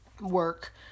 work